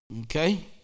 Okay